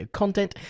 content